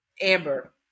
Amber